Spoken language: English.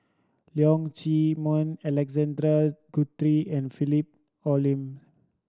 Leong Chee Mun Alexander Guthrie and Philip Hoalim